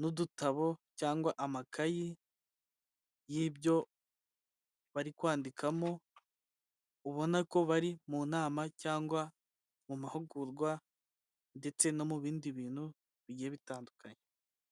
n'udutabo cyangwa amakayi y'ibyo bari kwandikamo, ubona ko bari mu nama cyangwa mu mahugurwa ndetse no mu bindi bintu bigiye bitandukanye.